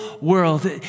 world